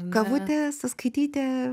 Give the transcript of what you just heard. kavutė sąskaitytė